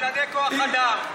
אתה מגן על קבלני כוח אדם.